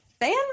fan